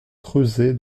creusée